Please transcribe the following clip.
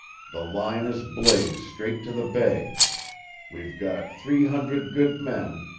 the line is blazed straight to the bay we've got three hundred good men,